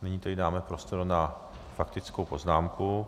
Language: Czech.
Nyní tedy dáme prostor na faktickou poznámku.